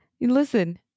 Listen